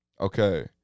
Okay